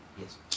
Yes